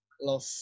love